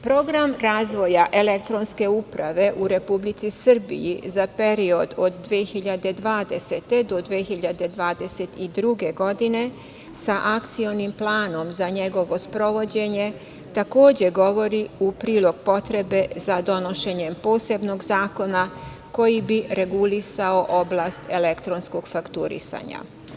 Program razvoja elektronske uprave u Republici Srbiji za period od 2020. do 2022. godine, sa akcionim planom za njegovo sprovođenje, takođe govori u prilog potrebe za donošenjem posebnog zakona koji bi regulisao oblast elektronskog fakturisanja.